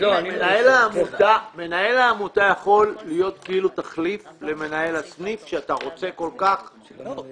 מנהל העמותה יכול להיות תחליף למנהל הסניף שאתה כל כך רוצה אותו?